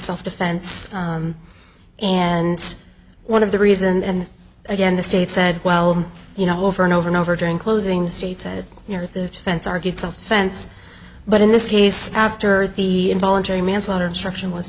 self defense and one of the reason and again the state said well you know over and over and over during closing the state said you know the events are good self defense but in this case after the involuntary manslaughter instruction was